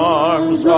arms